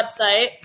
website